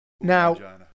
Now